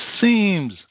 seems